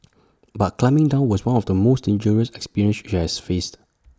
but climbing down was one of the most dangerous experience she she has faced